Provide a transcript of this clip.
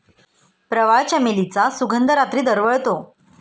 प्रवाळ, चमेलीचा सुगंध रात्री दरवळतो